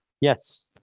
Yes